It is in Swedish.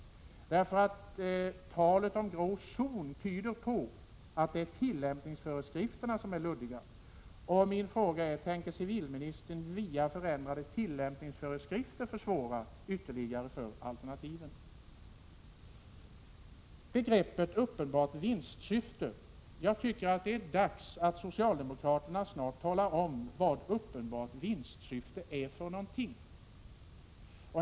Talet om grå zon tyder på att det är tillämpningsföreskrifterna som är luddiga. Tänker civilministern via förändrade tillämpningsföreskrifter försvåra ytterligare för alternativen? Beträffande begreppet ”uppenbart vinstsyfte” tycker jag att det är dags att socialdemokraterna talar om vad uppenbart vinstsyfte är för någonting.